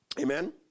Amen